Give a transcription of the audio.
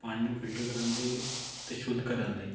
ਪਾਣੀ ਨੂੰ ਫਿਲਟਰ ਕਰਨ ਦੇ ਅਤੇ ਸ਼ੁੱਧ ਕਰਨ ਦੇ